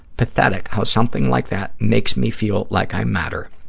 pathetic how something like that makes me feel like i matter.